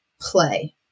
play